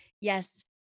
Yes